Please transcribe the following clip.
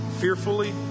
Fearfully